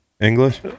English